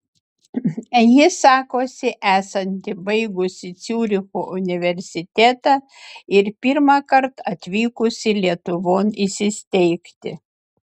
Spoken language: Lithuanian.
ji sakosi esanti baigusi ciuricho universitetą ir pirmąkart atvykusi lietuvon įsisteigti